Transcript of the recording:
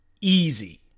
easy